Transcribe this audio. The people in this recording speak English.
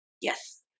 Yes